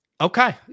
Okay